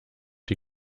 die